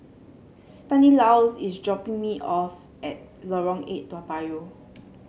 Stanislaus is dropping me off at Lorong Eight Toa Payoh